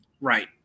Right